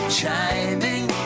chiming